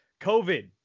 covid